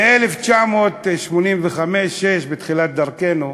ב-1985 1986, בתחילת דרכנו,